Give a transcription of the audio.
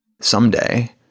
someday